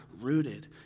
rooted